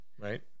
Right